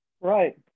right